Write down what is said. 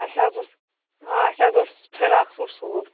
اَسہِ حظ اوس آ اَسہِ حظ اوس فِراکھ سوٗٹ سُوُن